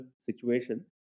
situation